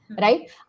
Right